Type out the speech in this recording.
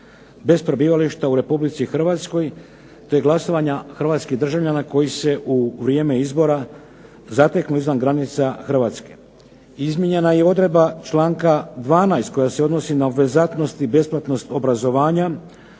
bez prebivališta u Republici Hrvatskoj, te glasovanja hrvatskih državljana koji se u vrijeme izbora zateknu izvan granica Hrvatske. Izmijenjena je i odredba članka 12. koja se odnosi na obvezatnost i besplatnost obrazovanja,